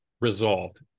resolved